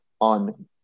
on